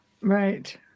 Right